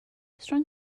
strong